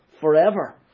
forever